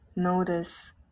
Notice